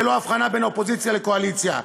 ללא הבחנה בין האופוזיציה לקואליציה.